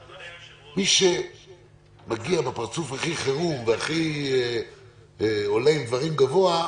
מי שמגיע עם פנים הכי חמורות ועולה עם הטונים הכי גבוה,